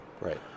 Right